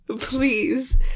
Please